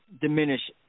diminish